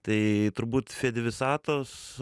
tai turbūt visatos